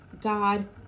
God